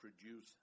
produce